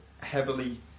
heavily